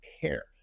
care